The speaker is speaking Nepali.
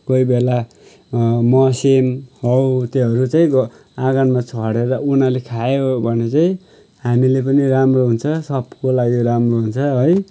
कोही बेला मस्याङ हौ त्योहरू चाहिँ आँगनमा छरेर उनीहरूले खायो भने चाहिँ हामीले पनि राम्रो हुन्छ सबको लागि राम्रो हुन्छ है